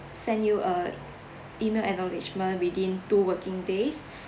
uh send you a email acknowledgement within two working days